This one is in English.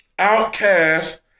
Outcast